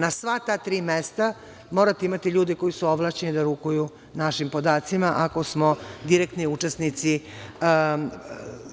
Na sva ta tri mesta morate imate imate ljudi koji su ovlašćeni da rukuju naših podacima, ako smo direktni učesnici